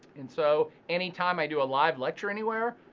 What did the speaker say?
and so, anytime i do a live lecture anywhere,